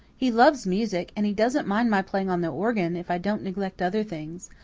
he loves music, and he doesn't mind my playing on the organ, if i don't neglect other things.